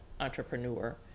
Entrepreneur